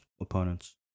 opponents